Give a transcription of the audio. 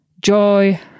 joy